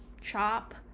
Chop